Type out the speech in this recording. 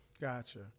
Gotcha